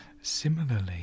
Similarly